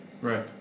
right